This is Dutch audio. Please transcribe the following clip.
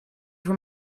voor